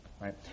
right